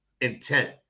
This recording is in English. intent